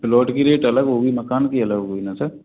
plot का rate अलग होगी मकान का अलग होगी ना सर